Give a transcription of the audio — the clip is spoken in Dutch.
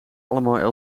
allemaal